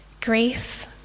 Grief